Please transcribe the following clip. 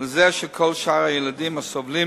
לזה של כל שאר הילדים הסובלים